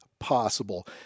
possible